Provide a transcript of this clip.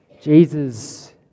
Jesus